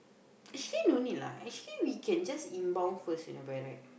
actually no need lah actually we can just inbound first you know by right